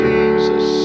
Jesus